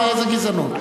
איזה גזענות?